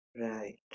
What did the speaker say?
Right